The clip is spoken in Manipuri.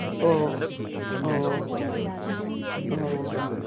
ꯑꯣ ꯑꯣ ꯑꯣ